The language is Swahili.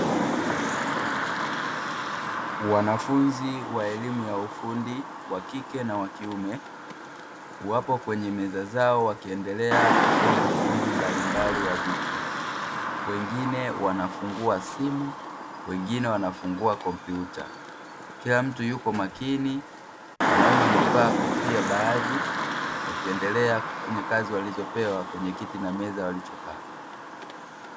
Wanafunzi wa elimu ya ufundi (wakike na wakiume) wapo kwenye meza zao wakiendelea kufanya ufundi mbalimbali wa vitu; wengine wanafungua simu, wengine wanafungua kompyuta. Kila mtu yupo makini, wanaume wamevaa kofia baadhi wakiendelea kufanya kazi walizopewa kwenye kiti na meza walichokaa.